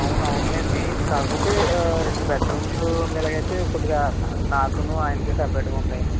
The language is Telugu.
అవును అవునులేండి కాకపోతే రెండు బెడ్రూమ్లు ఉండేలాగా అయితే కొద్దిగా నాకు ఆయనకి సపరేట్గా ఉంటాయని